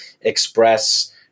express